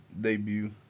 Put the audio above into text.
debut